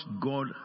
God